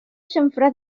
xamfrà